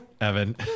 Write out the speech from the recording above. Evan